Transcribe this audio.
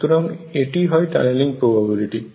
সুতরাং এটিই হয় টানেলিং প্রবাবিলিটি